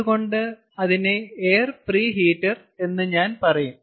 അതുകൊണ്ട് അതിനെ air preheater എന്ന് ഞാൻ പറയും